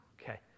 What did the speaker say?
Okay